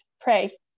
pray